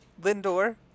Lindor